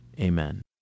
Amen